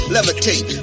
Levitate